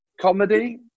comedy